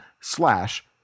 slash